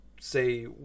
say